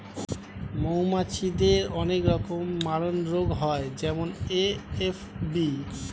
মৌমাছিদের অনেক রকমের মারণরোগ হয় যেমন এ.এফ.বি